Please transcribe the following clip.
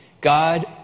God